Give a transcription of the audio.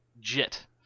Jit